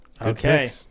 Okay